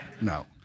No